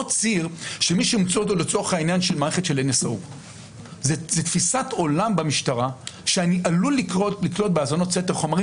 ציר שמישהו --- אותו לצורך העניין של מערכת של NSO. זה תפיסת עולם במשטרה שאני עלול לקלוט בהאזנות סתר חומרים